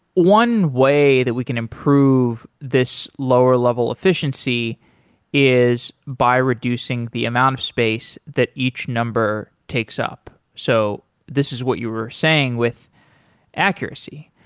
one way that we can improve this lower level efficiency is by reducing the amount of space that each number takes up. so this is what you are saying with accuracy.